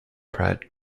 pratt